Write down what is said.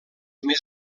més